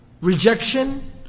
rejection